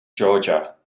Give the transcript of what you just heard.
georgia